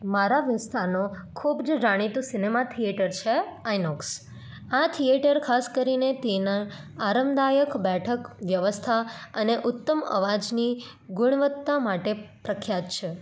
મારા વિસ્તારનો ખૂબ જ જાણીતું સિનેમા થિએટર છે આઈનોક્સ આ થિએટર ખાસ કરીને તેના આરામદાયક બેઠક વ્યવસ્થા અને ઉત્તમ અવાજની ગુણવત્તા માટે પ્રખ્યાત છે